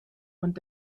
und